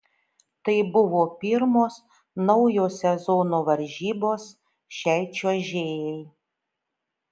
tai buvo pirmos naujo sezono varžybos šiai čiuožėjai